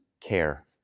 care